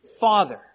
Father